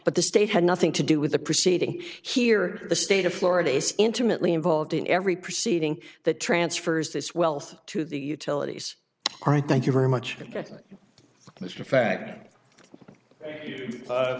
but the state had nothing to do with the proceeding here the state of florida is intimately involved in every proceeding that transfers this wealth to the utilities are i thank you very much mr fact